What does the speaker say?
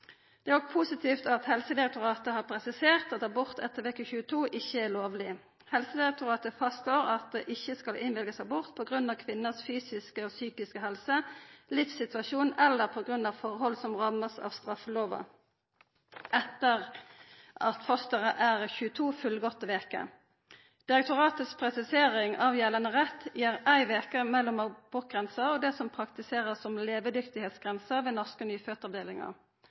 Det er òg positivt at Helsedirektoratet har presisert at abort etter veke 22 ikkje er lovleg. Helsedirektoratet fastslår at det ikkje skal innvilgast abort på grunn av kvinnas fysiske og psykiske helse, livssituasjon eller på grunn av forhold som blir ramma av straffelova etter at fosteret er 22 fullgåtte veker. Direktoratets presisering av gjeldande rett gir ei veke mellom abortgrensa og det som blir praktisert som levedyktigheitsgrensa ved norske